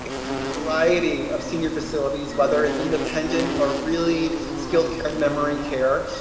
a variety of senior facilities whether it's independent or really skilled care memory care.